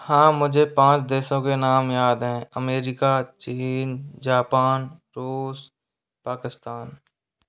हां मुझे पांच देसों के नाम याद हैं अमेरिका चीन जापान रूस पाकिस्तान